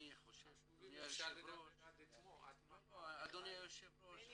חשובים --- אדוני היושב ראש,